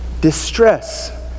Distress